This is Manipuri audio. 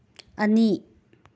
ꯑꯅꯤ